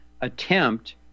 attempt